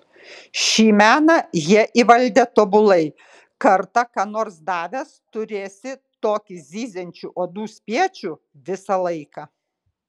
šį meną jie įvaldę tobulai kartą ką nors davęs turėsi tokį zyziančių uodų spiečių visą laiką